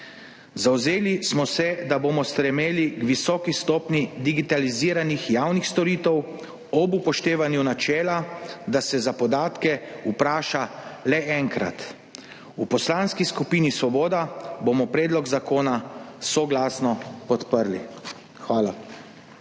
Zavzeli smo se, da bomo stremeli k visoki stopnji digitaliziranih javnih storitev ob upoštevanju načela, da se za podatke vpraša le enkrat. V Poslanski skupini Svoboda bomo predlog zakona soglasno podprli. Hvala.